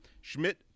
Schmidt